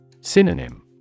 Synonym